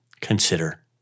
consider